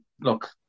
look